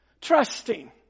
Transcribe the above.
Trusting